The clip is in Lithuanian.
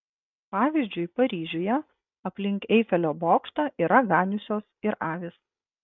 pavyzdžiui paryžiuje aplink eifelio bokštą yra ganiusios ir avys